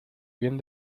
bien